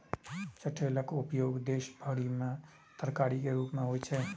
चठैलक उपयोग देश भरि मे तरकारीक रूप मे होइ छै